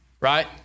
right